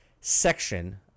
section